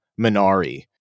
Minari